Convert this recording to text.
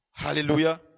Hallelujah